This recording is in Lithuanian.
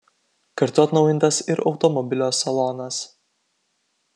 kartu atnaujintas ir automobilio salonas